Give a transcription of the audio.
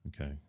Okay